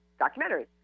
documentaries